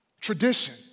Tradition